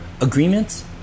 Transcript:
Agreements